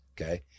okay